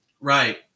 Right